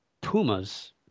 pumas